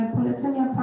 Polecenia